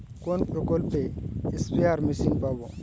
কোন প্রকল্পে spare machine পাব?